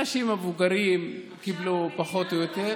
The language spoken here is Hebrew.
אנשים מבוגרים קיבלו פחות או יותר.